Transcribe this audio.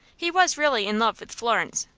he was really in love with florence,